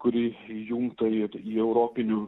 kurį įjungta į į europinių